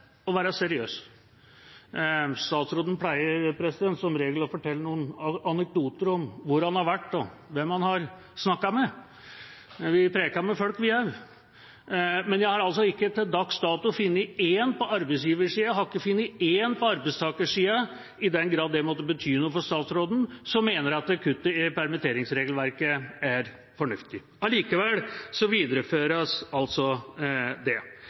å være seriøs. Statsråden pleier som regel å fortelle noen anekdoter om hvor han har vært, og hvem han har snakket med. Vi preker med folk vi også, men jeg har ikke til dags dato funnet én på arbeidsgiversiden, og ikke én på arbeidstakersiden – i den grad det måtte bety noe for statsråden – som mener at kuttet i permitteringsregelverket er fornuftig. Allikevel videreføres det.